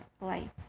life